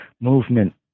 movement